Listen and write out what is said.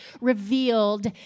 revealed